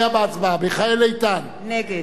נגד אריה אלדד,